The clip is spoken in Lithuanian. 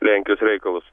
lenkijos reikalus